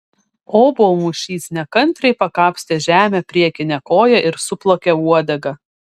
obuolmušys nekantriai pakapstė žemę priekine koja ir suplakė uodega